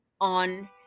on